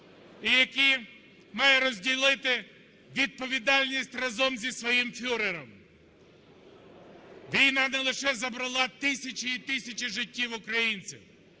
і який має розділити відповідальність разом зі своїм фюрером. Війна не лише забрала тисячі і тисячі життів українців,